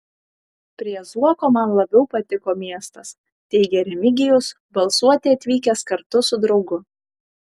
prie zuoko man labiau patiko miestas teigė remigijus balsuoti atvykęs kartu su draugu